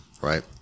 right